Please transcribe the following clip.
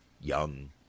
young